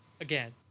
Again